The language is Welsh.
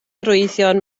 arwyddion